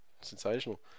Sensational